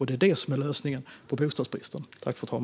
Det är det som är lösningen på bostadsbristen.